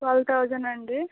twelve thousand అండి